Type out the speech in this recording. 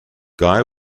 guy